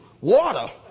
water